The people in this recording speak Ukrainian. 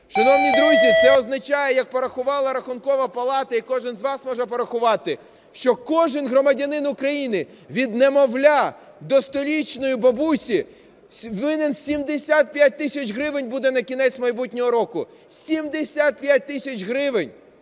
Шановні друзі, це означає, як порахувала Рахункова палата, і кожний з вас може порахувати, що кожен громадянин України, від немовля до сторічної бабусі, винен 75 тисяч гривень буде на кінець майбутнього року. 75 тисяч гривень!